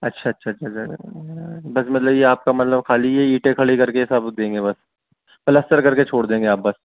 اچھا اچھا اچھا اچھا بس مطلب یہ آپ کا مطلب خالی یہ اینٹیں کھڑی کر کے سب دیں گے بس پلستر کر کے چھوڑ دیں گے آپ بس